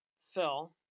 fill